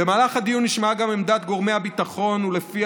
במהלך הדיון נשמעה גם עמדת גורמי הביטחון שלפיה